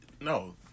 no